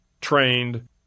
trained